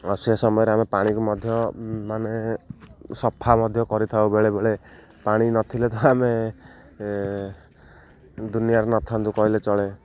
ଆଉ ସେ ସମୟରେ ଆମେ ପାଣିକୁ ମଧ୍ୟ ମାନେ ସଫା ମଧ୍ୟ କରିଥାଉ ବେଳେବେଳେ ପାଣି ନଥିଲେ ତ ଆମେ ଦୁନିଆରେ ନ ଥାନ୍ତୁ କହିଲେ ଚଳେ